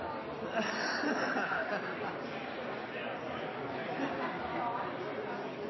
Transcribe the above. På